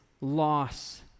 loss